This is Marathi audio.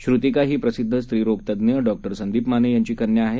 श्रृतिका ही प्रसिध्द स्त्रीरोगतज्ज्ञ डॉक्टर संदीप माने यांची कन्या आहे